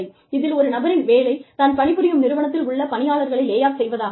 இதில் ஒரு நபரின் வேலை தான் பணிபுரியும் நிறுவனத்தில் உள்ள பணியாளர்களை லே ஆஃப் செய்வதாக இருக்கும்